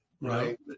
Right